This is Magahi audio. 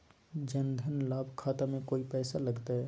जन धन लाभ खाता में कोइ पैसों लगते?